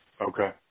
Okay